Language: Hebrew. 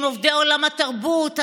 עובדי עולם התרבות,